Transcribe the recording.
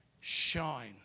shine